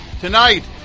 tonight